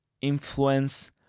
influence